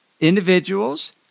individuals